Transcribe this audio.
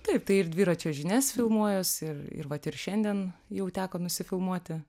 taip tai ir dviračio žinias filmuojuos ir ir vat ir šiandien jau teko nusifilmuoti